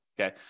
okay